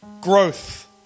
growth